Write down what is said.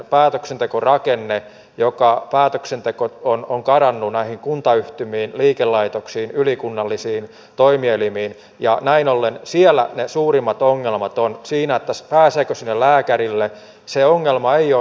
etsivän nuorisotyön asemaa on ankaran runoihin kuntayhtymiin liikelaitoksiin ylikunnallisiin viime vuosien aikana pyritty vakiinnuttamaan ja toiminta on saatu laajennettua koko maahan